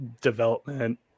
development